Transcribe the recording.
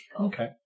Okay